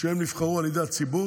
שהם נבחרו על ידי הציבור,